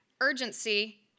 urgency